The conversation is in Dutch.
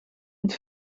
het